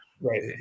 Right